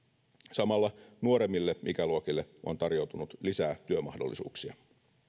samalla nuoremmille ikäluokille on tarjoutunut lisää työmahdollisuuksia